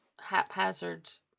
haphazards